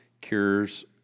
cures